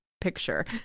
picture